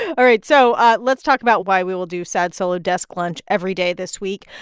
all right, so let's talk about why we will do sad, solo desk lunch every day this week.